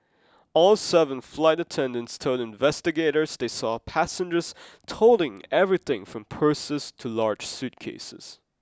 all seven flight attendants told investigators they saw passengers toting everything from purses to large suitcases